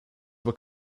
were